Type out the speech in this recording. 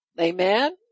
Amen